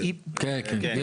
כן, כן.